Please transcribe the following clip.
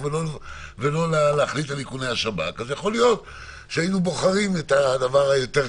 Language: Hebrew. אני לא רוצה לעשות את הבירור הזה עכשיו על כל הדברים האחרים,